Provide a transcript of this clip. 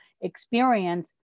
experience